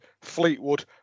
Fleetwood